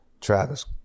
Travis